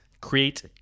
create